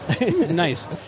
Nice